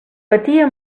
patia